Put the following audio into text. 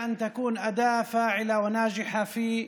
אחיי ואחיותיי,